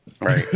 right